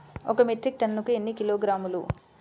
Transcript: ఒక మెట్రిక్ టన్నుకు ఎన్ని కిలోగ్రాములు?